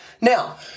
Now